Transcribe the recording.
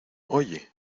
oye